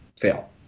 fail